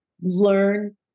learn